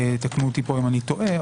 ותקנו אותי אם אני טועה,